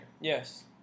Yes